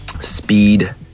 speed